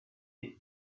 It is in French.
est